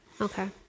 Okay